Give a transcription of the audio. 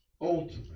ultimate